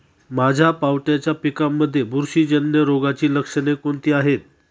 माझ्या पावट्याच्या पिकांमध्ये बुरशीजन्य रोगाची लक्षणे कोणती आहेत?